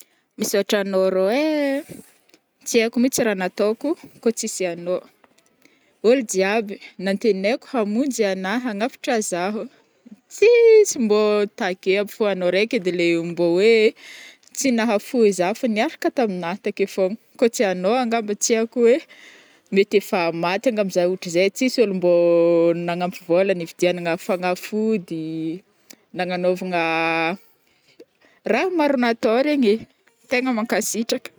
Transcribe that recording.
Misôtro anô rô ai, tsy haiko mitsy raha nataoko kô tsisy anô. Olo jiaby nantenaiko hamonjy ana hagnavôhatra zaho, tsisy mbô takeo aby fô anô raiky edy le mbô oe tsy nahafoy za fa niaraka tamina takeo fôgna, kô tsy anô angamba tsy haiko oe mety efa maty angamba za ôhatra zai tsisy ôlo mbô nagnampy vôla nividianagna fagnafody nagnanôvana raha maro natao regny ai; tegna mankasitraka.